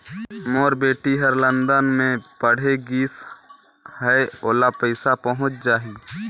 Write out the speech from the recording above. मोर बेटी हर लंदन मे पढ़े गिस हय, ओला पइसा पहुंच जाहि?